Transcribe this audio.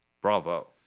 Bravo